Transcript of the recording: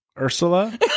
ursula